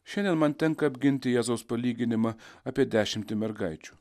šiandien man tenka apginti jėzaus palyginimą apie dešimtį mergaičių